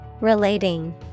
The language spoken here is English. Relating